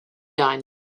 done